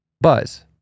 buzz